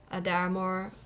uh there are more